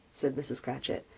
said mrs. cratchit.